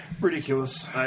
Ridiculous